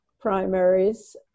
primaries